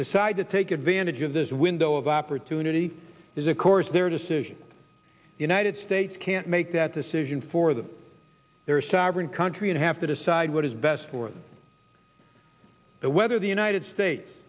decide to take advantage of this window of opportunity is of course their decision united states can't make that decision for them their sovereign country and have to decide what is best for them the whether the united states